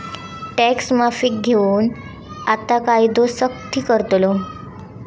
tax माफीक घेऊन आता कायदो सख्ती करतलो